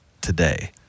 today